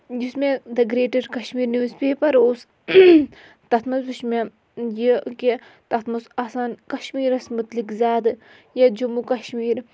یُس مےٚ دَ گرٛیٹر کَشمیٖر نِوٕز پیپر اوس تَتھ منٛز وٕچھ مےٚ یہِ کہِ تَتھ منٛز آسان کَشمیٖرَس مُتعلق زیادٕ یا جموں کَشمیٖر